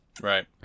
Right